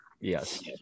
Yes